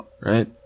right